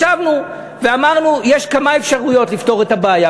ישבנו ואמרנו: יש כמה אפשרויות לפתור את הבעיה,